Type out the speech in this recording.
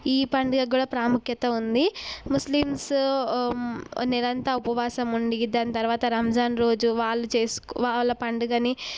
ఈ పండుగ కూడా ప్రాముఖ్యత ఉంది ముస్లిమ్స్ నెల అంతా ఉపవాసం ఉండి దాని తర్వాత రంజాన్ రోజు వాళ్ళు చేసుకో వాళ్ళు పండుగని